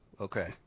Okay